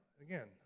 Again